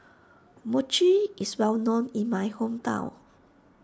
Mochi is well known in my hometown